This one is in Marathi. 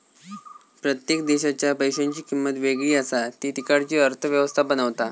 प्रत्येक देशाच्या पैशांची किंमत वेगळी असा ती तिकडची अर्थ व्यवस्था बनवता